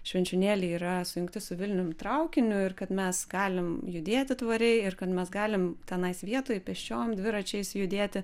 švenčionėliai yra sujungti su vilnium traukiniu ir kad mes galim judėti tvariai ir kad mes galim tenais vietoj pėsčiom dviračiais judėti